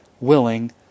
willing